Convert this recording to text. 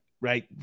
right